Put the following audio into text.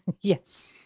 Yes